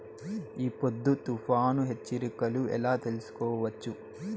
ఈ పొద్దు తుఫాను హెచ్చరికలు ఎలా తెలుసుకోవచ్చు?